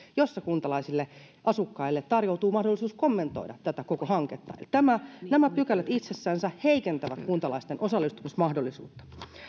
jossa kuntalaisille asukkaille tarjoutuu mahdollisuus kommentoida tätä koko hanketta nämä pykälät itsessänsä heikentävät kuntalaisten osallistumismahdollisuutta